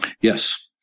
Yes